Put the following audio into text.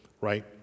right